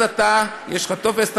אז יש לך טופס,